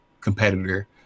competitor